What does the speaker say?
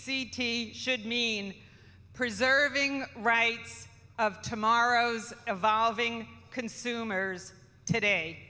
c t should mean preserving rights of tomorrow's evolving consumers today